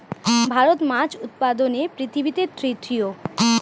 ভারত মাছ উৎপাদনে পৃথিবীতে তৃতীয়